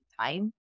time